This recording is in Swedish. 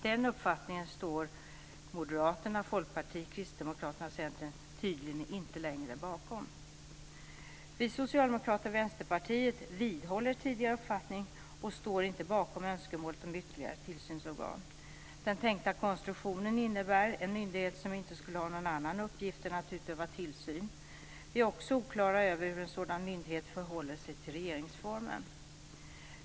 Den uppfattningen står Moderaterna, Folkpartiet, Kristdemokraterna och Centern tydligen inte längre bakom. Vi socialdemokrater och Vänsterpartiet vidhåller tidigare uppfattning och står inte bakom önskemålet om ytterligare ett tillsynsorgan. Den tänkta konstruktionen innebär en myndighet som inte skulle ha någon annan uppgift än att utöva tillsyn. Vi är också oklara över hur en sådan myndighet förhåller sig till regeringsformen.